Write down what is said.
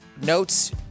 notes